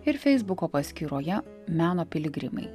ir feisbuko paskyroje meno piligrimai